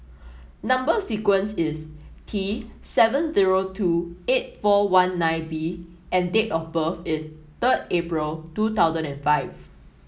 number sequence is T seven zero two eight four one nine B and date of birth is third April two thousand and five